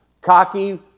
cocky